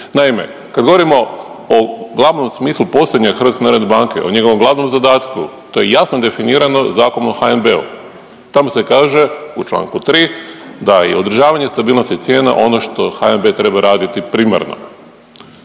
Naime, kad govorimo o glavnom smislu postojanja HNB-a, o njegovom glavnom zadatku to je jasno definirano Zakonom o HNB-u. Tamo se kaže u članku 3. da je održavanje stabilnosti cijena ono što HNB treba raditi primarno.